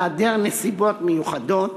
בהיעדר נסיבות מיוחדות,